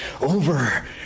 over